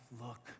look